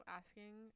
asking